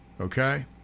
Okay